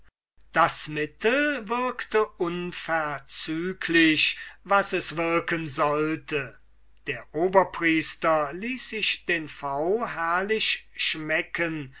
das mittel wirkte unverzüglich was es wirken sollte der oberpriester ließ sich den pfauen herrlich schmecken